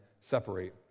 separate